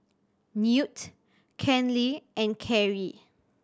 Newt Kenley and Kerrie